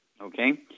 okay